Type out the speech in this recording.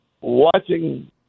watching